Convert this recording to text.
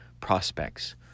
prospects